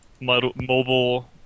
mobile